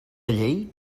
llei